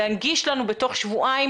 להנגיש לנו בתוך שבועיים.